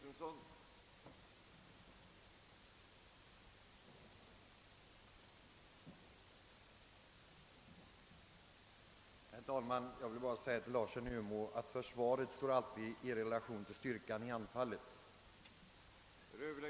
Herr talman! Jag vill bara till herr Larsson i Umeå säga att försvaret alltid står i relation till styrkan i anfallet.